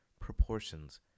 proportions